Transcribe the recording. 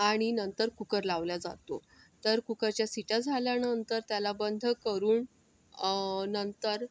आणि नंतर कुकर लावल्या जातो तर कुकरच्या शिट्या झाल्यानंतर त्याला बंद करून नंतर